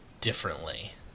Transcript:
differently